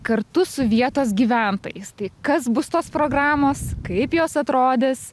kartu su vietos gyventojais tai kas bus tos programos kaip jos atrodys